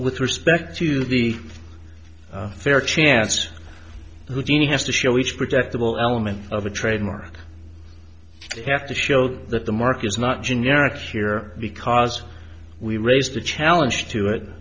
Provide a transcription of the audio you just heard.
with respect to the fair chance whodini has to show each protectable element of a trademark have to show that the mark is not generic here because we raised a challenge to it